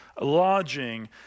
lodging